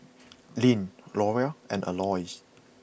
Lyn Loria and Aloys